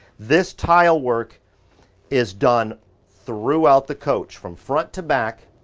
this tile work is done throughout the coach from front to back,